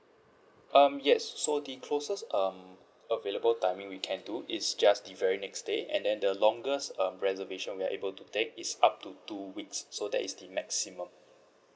um yes so the closest um available timing we can do is just the very next day and then the longest um reservation we are able to take is up to two weeks so that is the maximum